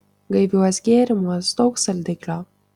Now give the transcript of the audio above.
gaiviuos gėrimuos daug saldiklio